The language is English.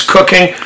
Cooking